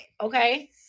okay